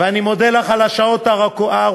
ואני מודה לך על השעות הארוכות,